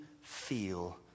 feel